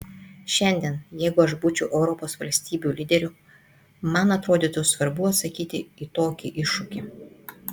šiandien jeigu aš būčiau europos valstybių lyderiu man atrodytų svarbu atsakyti į tokį iššūkį